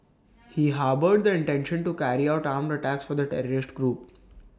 he harboured the intention to carry out armed attacks for the terrorist group